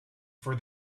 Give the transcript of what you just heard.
for